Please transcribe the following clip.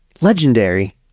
Legendary